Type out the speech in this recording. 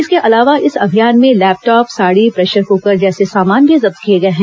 इसके अलावा इस अभियान में लैपटाप साड़ी प्रेशर कुकर जैसे सामान भी जब्त किए गए हैं